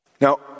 Now